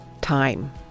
time